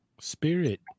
Spirit